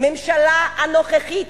הממשלה הנוכחית,